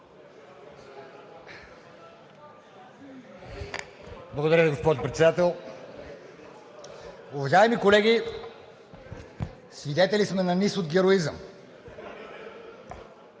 Благодаря Ви, госпожо Председател. Уважаеми колеги! Свидетели сме на низ от героизъм.